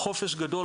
חופש גדול,